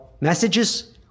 messages